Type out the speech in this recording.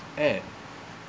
at